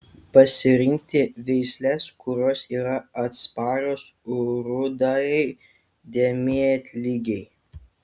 pasirinkti veisles kurios yra atsparios rudajai dėmėtligei